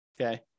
okay